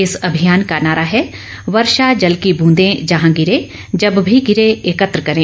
इस अभियान का नारा है वर्षा जल की बूंदे जहां गिरे जब भी गिरे एकत्र करें